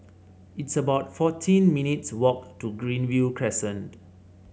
it's about fourteen minutes' walk to Greenview Crescent